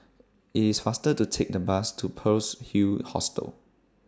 IT IS faster to Take The Bus to Pearl's Hill Hostel